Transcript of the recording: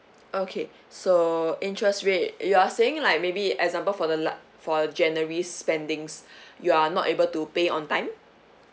okay so interest rate you are saying like maybe example for the las~ for january's spendings you are not able to pay on time